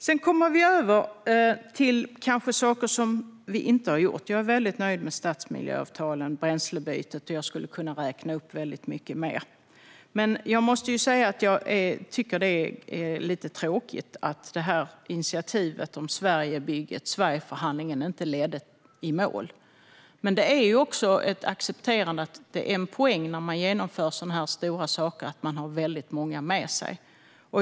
Sedan kommer vi över till saker som vi kanske inte har gjort. Jag är väldigt nöjd med stadsmiljöavtalen, bränslebytet och väldigt mycket mer som jag skulle kunna räkna upp. Men jag måste säga att jag tycker att det är lite tråkigt att initiativet om Sverigebygget, Sverigeförhandlingen, inte kom i mål. Men det är också ett accepterande att det är en poäng när man genomför så här stora saker att man har väldigt många med sig.